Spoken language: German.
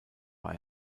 war